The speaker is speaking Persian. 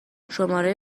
شماره